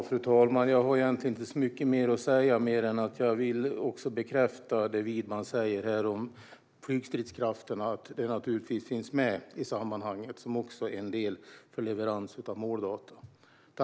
Fru talman! Jag har egentligen inte så mycket mer att säga än att jag vill bekräfta det Widman säger om flygstridskrafterna. De finns naturligtvis med i sammanhanget som en del för leverans av måldata.